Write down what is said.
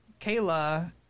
Kayla